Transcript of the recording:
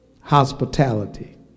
hospitality